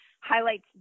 highlights